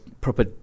proper